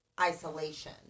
isolation